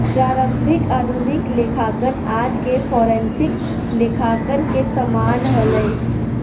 प्रारंभिक आधुनिक लेखांकन आज के फोरेंसिक लेखांकन के समान हलय